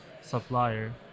supplier